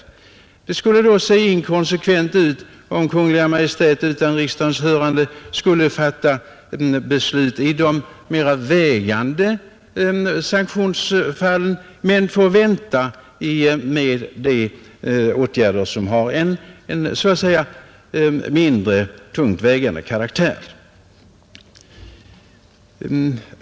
Det skulle då verka inkonsekvent om Kungl. Maj:t utan riksdagens hörande skulle fatta beslut i de mera vägande sanktionsfallen men få vänta med åtgärder som kanske har en mindre central karaktär.